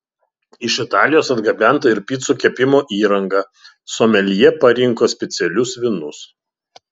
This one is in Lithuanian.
iš italijos atgabenta ir picų kepimo įranga someljė parinko specialius vynus